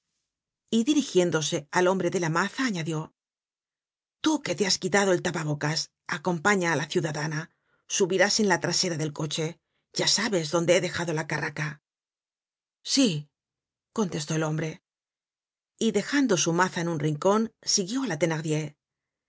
y dirigiéndose al hombre de la maza añadió tú que te has quitado el tapabocas acompaña á la ciudadana subirás en la trasera del coche ya sabes donde he dejado la carraca sí contestó el hombre y dejando su maza en un rincon siguió á la